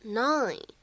nine